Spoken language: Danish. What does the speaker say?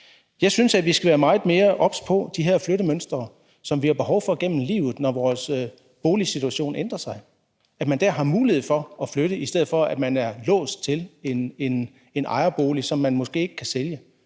Jeg synes, vi skal være meget mere obs på de her flyttemønstre, som vi har behov for gennem livet, når vores boligsituation ændrer sig, altså så man dér har mulighed for at flytte, i stedet for at man er låst i forhold til en ejerbolig, som man måske ikke kan sælge.